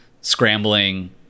scrambling